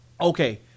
Okay